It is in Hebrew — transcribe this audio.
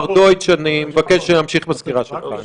מר דויטש, אני מבקש שנמשיך בסקירה שלך.